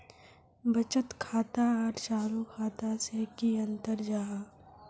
बचत खाता आर चालू खाता से की अंतर जाहा?